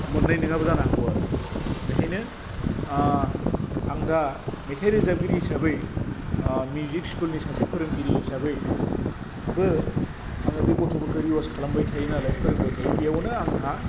मोन्नाय नङाबो जानो हागौ आरो बेखायनो आं दा मेथाइ रोजाबगिरि हिसाबै मिउजिक स्कुलनि सासे फोरोंगिरि हिसाबै बो आङो बे गथ'फोरखौ रिवार्स खालामबाय थायो नालाय फोरोंबाय थायो बेयावनो आंहा